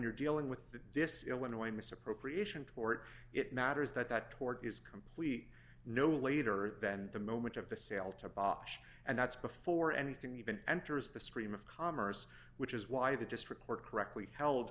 you're dealing with that this illinois misappropriation court it matters that that toward is complete no later than the moment of the sale to bosh and that's before anything even enters the stream of commerce which is why the district court correctly held